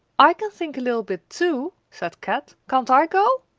i can think a little bit, too, said kat. can't i go?